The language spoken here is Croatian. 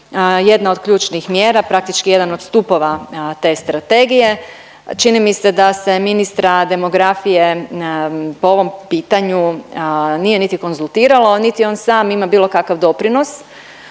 jedna od ključnih mjera, praktički jedan od stupova te strategije. Čini mi se da se ministra demografije po ovom pitanju nije niti konzultiralo niti on sam ima bilo kakav doprinos